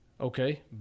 Okay